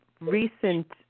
recent